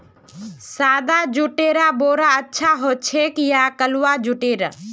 सादा जुटेर बोरा अच्छा ह छेक या कलवा जुटेर